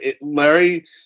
Larry